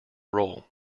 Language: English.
role